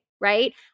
right